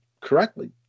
correctly